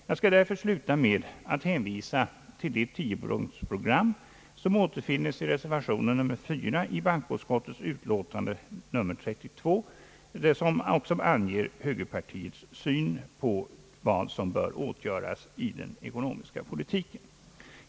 Jag skall därför sluta med att hänvisa till det tiopunktsprogram som återfinnes i reservation nr 4 i bankoutskottets utlåtande nr 32, det som alltså anger högerpartiets syn på vad som bör åtgöras i den ekonomiska politiken.